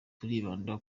turibanda